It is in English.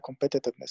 competitiveness